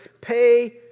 Pay